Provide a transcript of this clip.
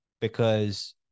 because-